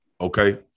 okay